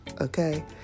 Okay